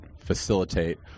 facilitate